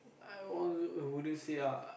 I want to a wouldn't say ah